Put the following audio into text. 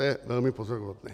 To je velmi pozoruhodné.